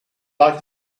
like